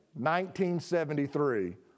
1973